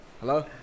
Hello